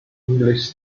english